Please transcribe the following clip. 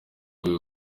rwego